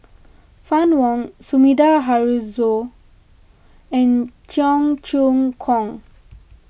Fann Wong Sumida Haruzo and Cheong Choong Kong